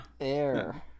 Air